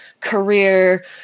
career